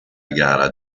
gara